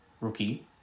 rookie